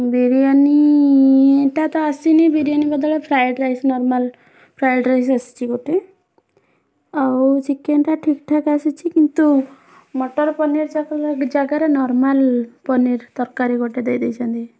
ବିରିୟାନୀଟା ତ ଆସିନି ବିରିୟାନୀ ବଦଳରେ fried rice normal fried rice ଆସିଛି ଗୋଟେ ଆଉ ଚିକେନ୍ଟା ଠିକ୍ ଠାକ୍ ଆସିଛି କିନ୍ତୁ ମଟର ପନୀର୍ ଜାଗାରେ ନର୍ମାଲ୍ ପନୀର୍ ତରକାରୀ ଗୋଟେ ଦେଇ ଦେଇଛନ୍ତି